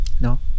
No